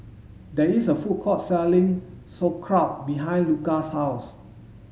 there is a food court selling Sauerkraut behind Luka's house